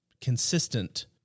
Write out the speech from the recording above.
consistent